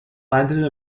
landed